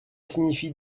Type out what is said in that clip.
signifie